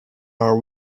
are